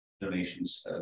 donations